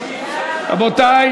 אינה נוכחת מיקי לוי,